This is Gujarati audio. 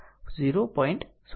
8 એમ્પીયર છે